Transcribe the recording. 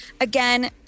Again